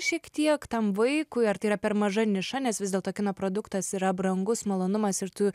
šiek tiek tam vaikui ar tai yra per maža niša nes vis dėlto kino produktas yra brangus malonumas ir tu